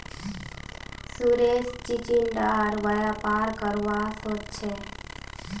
सुरेश चिचिण्डार व्यापार करवा सोच छ